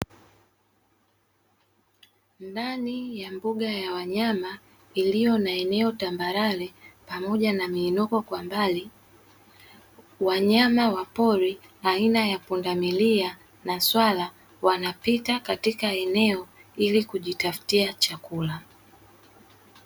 Ndani ya mbuga ya wanyama iliyo na eneo tambarare pamoja na miinuko kwa mbali, wanyama wa pori aina ya pundamilia na swala wanapita katika eneo ili kujitafutia chakula.